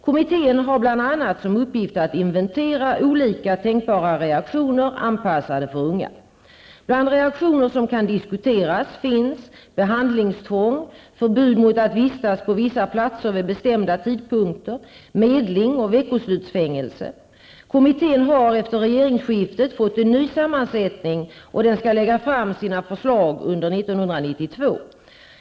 Kommittén har bl.a. som uppgift att inventera olika tänkbara reaktioner anpassade för unga. Bland reaktioner som kan diskuteras finns behandlingstvång, förbud mot att vistas på vissa platser vid bestämda tidpunkter, medling och veckoslutsfängelse. Kommittén har efter regeringsskiftet fått en ny sammansättning och den skall lägga fram sina förslag under 1992.